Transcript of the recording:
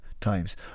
times